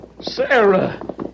Sarah